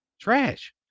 trash